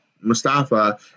Mustafa